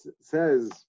says